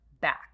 back